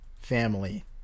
family